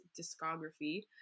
discography